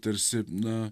tarsi na